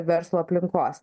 verslo aplinkos